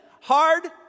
hard